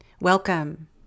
Welcome